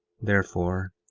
therefore,